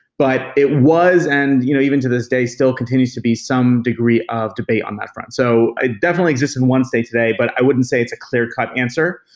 but it was, and you know even to this day, still continues to be some degree of debate on that front. so it definitely exists in one state today, but i wouldn't say it's a clear cut answer.